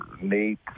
Nate